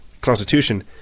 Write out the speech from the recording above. Constitution